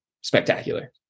spectacular